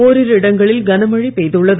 ஓரிரு இடங்களில் கனமழை பெய்துள்ளது